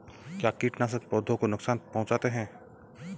क्या कीटनाशक पौधों को नुकसान पहुँचाते हैं?